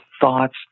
thoughts